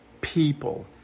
people